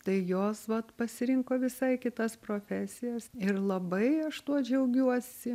tai jos vat pasirinko visai kitas profesijas ir labai aš tuo džiaugiuosi